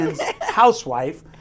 housewife